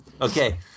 Okay